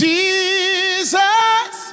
Jesus